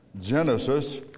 Genesis